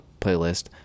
playlist